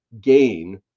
gain